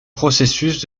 processus